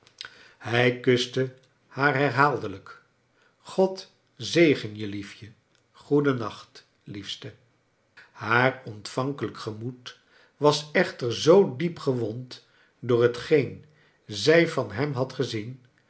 hij kuste haar herhaaldelijk god zegen je liefje goeden nacht liefste haar ontvankelijk gemoed was echter zoo diep gewond door hetgeen zij van hem had gezien